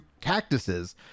cactuses